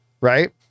right